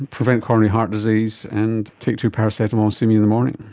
prevent coronary heart disease and take two paracetamol, see me in the morning.